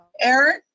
Eric